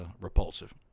repulsive